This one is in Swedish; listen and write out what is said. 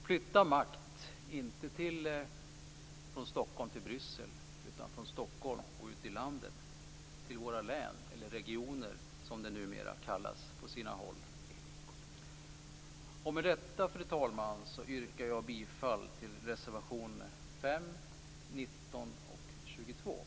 Flytta makt, men inte från Stockholm till Bryssel utan från Stockholm och ut i landet, till våra regioner. Fru talman! Jag yrkar bifall till reservationerna 5,